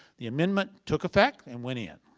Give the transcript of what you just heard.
the amendment took effect and went in.